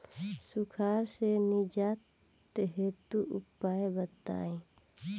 सुखार से निजात हेतु उपाय बताई?